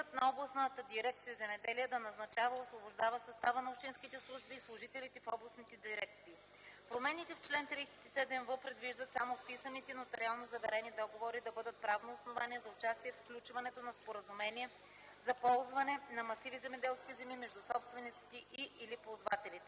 на областната дирекция „Земеделие” да назначава и освобождава състава на общинските служби и служителите в областните дирекции. Промените в чл. 37в предвиждат само вписаните нотариално заверени договори да бъдат правно основание за участие в сключването на споразумение за ползване на масиви земеделски земи между собствениците и/или ползвателите.